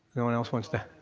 no one else wants to?